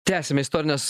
tęsiame istorines